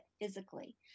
physically